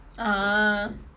ah